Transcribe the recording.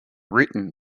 written